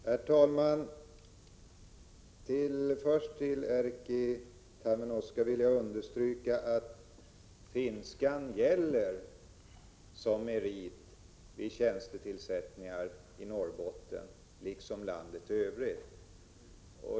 Herr talman! Först vill jag för Erkki Tammenoksa understryka att finska gäller som merit vid tjänstetillsättningar i Norrbotten, liksom i landet i övrigt.